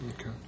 Okay